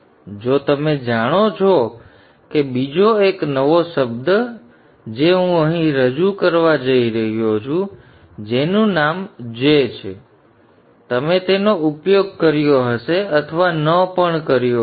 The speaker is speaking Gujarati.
તેથી જો તમે જાણો છો કે બીજો એક નવો શબ્દ છે જે હું રજૂ કરવા જઇ રહ્યો છું જેનું નામ જે છે તો તમે તેનો ઉપયોગ કર્યો હશે અથવા ન પણ કર્યો હશે